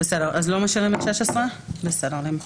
בסדר, נמחק.